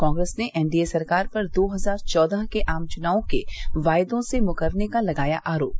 कांग्रेस ने एनडीए सरकार पर दो हजार चौदह के आम चुनाव के वायदों से मुकरने का लगाया आरोप